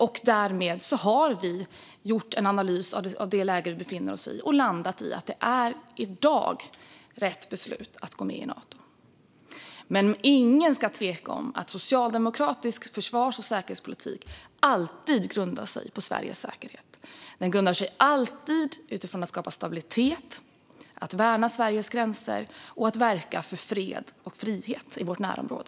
Och vi har gjort en analys av det läge vi befinner oss i och landat i att det i dag är rätt beslut att gå med i Nato. Men ingen ska tveka om att socialdemokratisk försvars och säkerhetspolitik alltid grundar sig på Sveriges säkerhet. Den grundar sig alltid på att skapa stabilitet, att värna Sveriges gränser och att verka för fred och frihet i vårt närområde.